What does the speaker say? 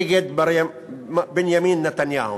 נגד בנימין נתניהו.